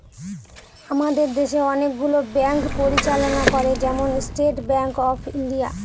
আমাদের দেশে অনেকগুলো ব্যাঙ্ক পরিচালনা করে, যেমন স্টেট ব্যাঙ্ক অফ ইন্ডিয়া